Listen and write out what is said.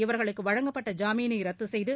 இவர்களுக்கு வழங்கப்பட்ட ஜாமினை ரத்து செய்து